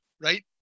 right